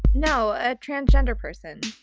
no, a transgender person,